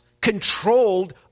controlled